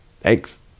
Thanks